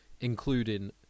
including